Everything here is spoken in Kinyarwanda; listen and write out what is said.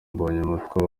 mbonyumutwa